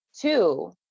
Two